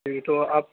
جی تو آپ